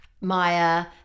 Maya